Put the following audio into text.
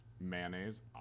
mayonnaise